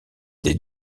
des